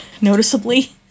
noticeably